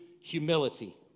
humility